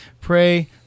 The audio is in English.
Pray